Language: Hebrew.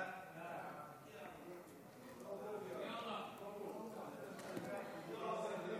חוק חוזה הביטוח (תיקון מס' 11),